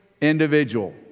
individual